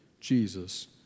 Jesus